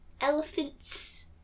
elephants